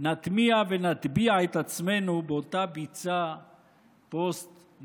נטמיע ונטביע את עצמנו באותה ביצה פוסט-מודרנית.